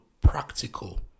practical